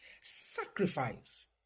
Sacrifice